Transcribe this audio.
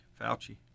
fauci